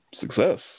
Success